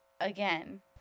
Again